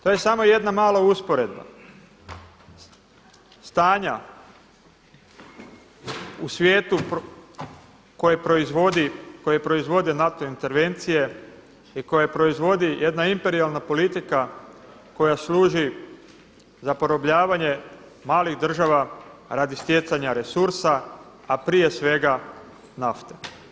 To je samo jedna mala usporedba stanja u svijetu koje proizvode NATO intervencije i koje proizvodi jedna imperijalna politika koja služi za porobljavanje malih država radi stjecanja resursa a prije svega nafte.